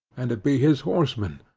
and be his horsemen,